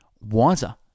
Wiser